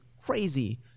crazy